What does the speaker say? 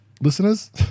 listeners